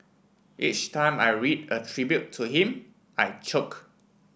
each time I read a tribute to him I choke